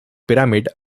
pyramid